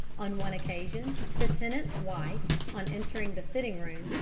on one occasion the tenant's wife, on entering the sitting-room,